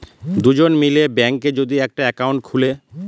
দুজন মিলে ব্যাঙ্কে যদি একটা একাউন্ট খুলে